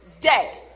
Day